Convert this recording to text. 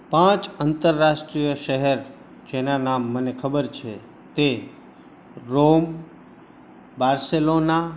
પાંચ આંતરરાષ્ટ્રીય શહેર જેનાં નામ મને ખબર છે તે રોમ બાર્સેલોના